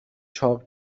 چاق